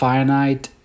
Finite